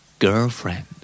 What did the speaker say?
Girlfriend